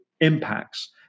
impacts